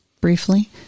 briefly